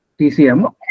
TCM